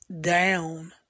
down